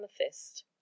amethyst